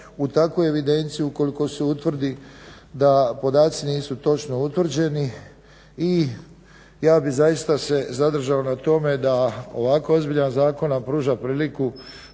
u takvu evidenciju ukoliko se utvrdi da podaci nisu točno utvrđeni. I ja bih zaista se zadržao na tome da ovako ozbiljan zakon nam pruža priliku